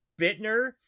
Bittner